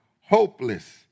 hopeless